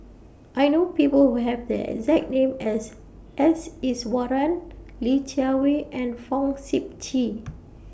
I know People Who Have The exact name as S Iswaran Li Jiawei and Fong Sip Chee